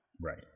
Right